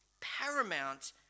paramount